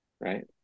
Right